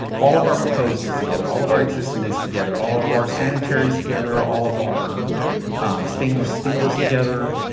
all of our proposed is together, all of our existent is together, all of our sanitaries together, all of our stainless steel is together.